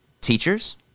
teachers